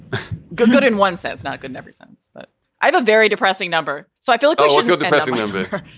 good, good. in one sense, not good in every sense, but i have a very depressing number. so i feel like so it's a depressing number.